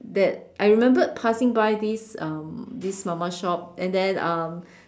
that I remembered passing by this um this Mama shop and then um